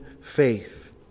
faith